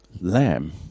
lamb